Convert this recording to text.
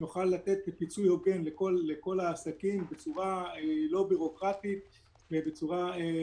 נוכל לתת פיצוי הוגן לכל העסקים בצורה לא בירוקרטית וישירה.